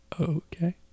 Okay